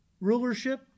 rulership